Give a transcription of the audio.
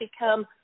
become